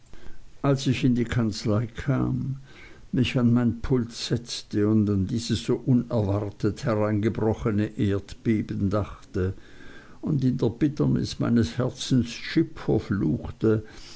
als ich in die kanzlei kam mich an mein pult setzte und an dieses so unerwartet hereingebrochene erdbeben dachte und in der bitternis meines herzens jip